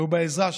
ובעזרה להם.